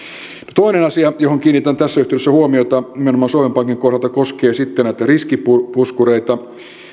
toinen asia johon kiinnitän tässä yhteydessä huomiota nimenomaan suomen pankin kohdalta koskee sitten näitä riskipuskureita